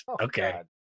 Okay